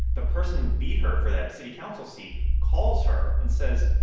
the person who beat her for that city council seat calls her and says,